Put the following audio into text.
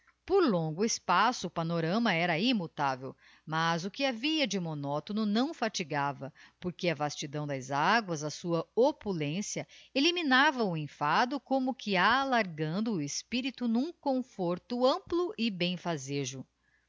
por longo espaço o panorama era immutavel mas o que havia de monótono não fatigava porque a vastidão das aguas a sua opulência eliminava o enfado como que alargando o espirito n'um conforto amplo e bemíazejo